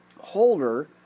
holder